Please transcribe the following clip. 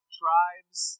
tribes